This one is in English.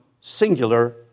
singular